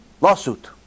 Lawsuit